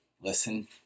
listen